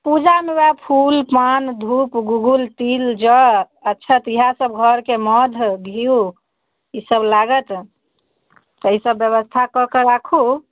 पूजामे ओएह फूल पान धूप गुगुल तिल जौ अच्छत इएह सब घरके मधु घीयो ई सब लागत तऽ ई सब व्यवस्था कऽकऽ राखू